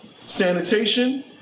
Sanitation